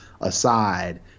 aside